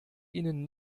ihnen